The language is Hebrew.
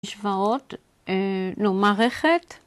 ‫השוואות לא מערכת.